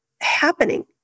happening